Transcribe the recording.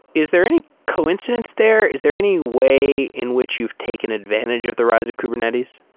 is there any coincidence there? is there any way in which you've taken advantage of the rise of kubernetes?